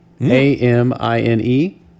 A-M-I-N-E